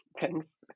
Thanks